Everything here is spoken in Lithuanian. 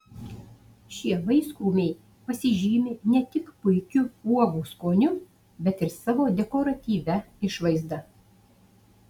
šie vaiskrūmiai pasižymi ne tik puikiu uogų skoniu bet ir savo dekoratyvia išvaizda